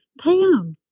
Pam